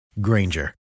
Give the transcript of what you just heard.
Granger